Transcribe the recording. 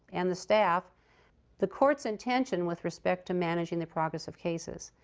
and the staff the court's intention with respect to managing the progress of cases.